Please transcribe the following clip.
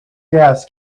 gas